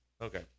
Okay